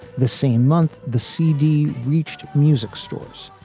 the same month the c d. reached music stores.